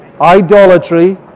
idolatry